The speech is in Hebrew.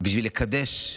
בשביל לקדש,